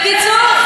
בקיצור,